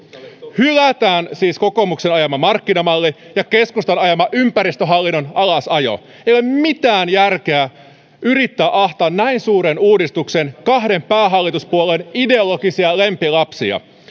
hylätään siis kokoomuksen ajama markkinamalli ja keskustan ajama ympäristöhallinnon alasajo ei ole mitään järkeä yrittää ahtaa näin suureen uudistukseen kahden päähallituspuolueen ideologisia lempilapsia